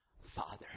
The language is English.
Father